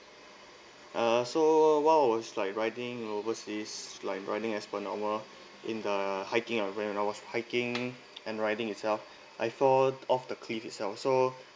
uh so uh what was like riding overseas is like running as per normal in the hiking I went I was hiking and riding itself I fall off the cliff itself so